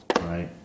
right